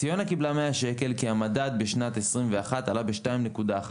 ציונה קיבלה 100 ₪ כי המדד בשנת 2021 עלה ב-2.1%